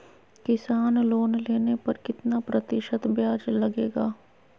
किसान लोन लेने पर कितना प्रतिशत ब्याज लगेगा?